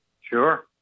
Sure